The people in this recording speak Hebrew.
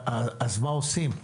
אז מה עושים?